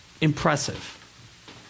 impressive